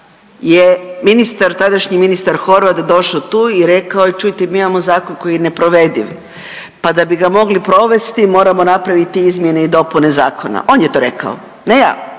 tadašnji ministar Horvat došao tu i rekao, čujte, mi imamo zakon koji je neprovediv pa da bi ga mogli provesti, moramo napraviti izmjene i dopune zakona, on je to rekao, ne ja,